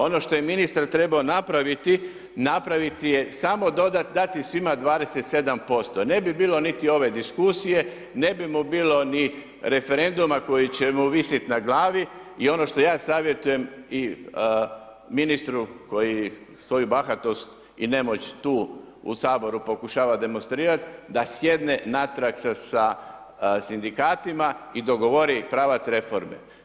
Ono što je ministar trebao napraviti je samo dati svima 27% jer ne bi bilo niti ove diskusije, ne bi mu bilo ni referenduma koji će mu visit na glavi i ono što ja savjetujem i ministru koji svoju bahatost i nemoć tu u Saboru pokušava demonstrirati, da sjedne natrag sa sindikatima i dogovori pravac reforme.